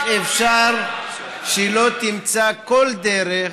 איך אפשר שלא תימצא כל דרך